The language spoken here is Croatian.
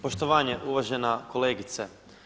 Poštovanje uvažena kolegice.